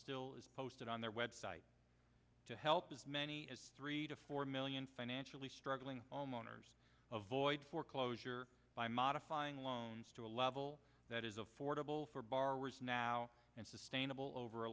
still is posted on their website to help as many as three to four million financially struggling homeowners avoid foreclosure by modifying loans to a level that is affordable for borrowers now and sustainable over a